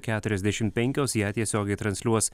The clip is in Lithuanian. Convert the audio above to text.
keturiasdešim penkios ją tiesiogiai transliuos